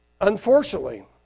Unfortunately